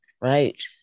Right